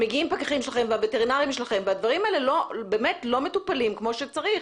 פקחים ווטרינרים שלכם מגיעים אבל הדברים לא מטופלים כמו שצריך.